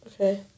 Okay